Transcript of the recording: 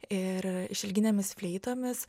ir išilginėmis fleitomis